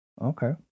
Okay